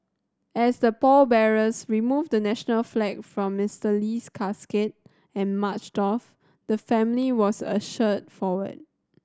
as the pallbearers removed the national flag from Mister Lee's casket and marched off the family was ushered forward